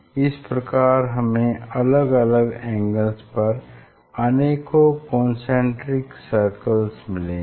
इस प्रकार हमें अलग अलग एंगल्स पर अनेकों कन्सेन्ट्रिक सर्कल्स मिलेंगे